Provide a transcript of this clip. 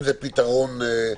צריך שיהיה שם, למשל, פתרון לילדים